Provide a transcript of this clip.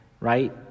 right